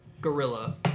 Gorilla